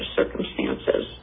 circumstances